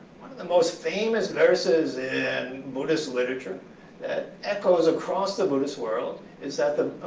the most famous verses in buddhist literature that echoes across the buddhist world is that the